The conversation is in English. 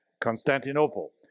Constantinople